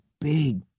big